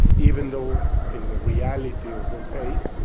even though in the reality of those days,